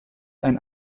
ein